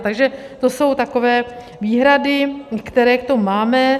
Takže to jsou takové výhrady, které k tomu máme.